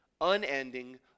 unending